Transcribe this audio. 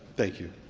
thank you.